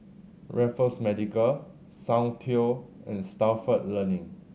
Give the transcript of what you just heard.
Raffles Medical Soundteoh and Stalford Learning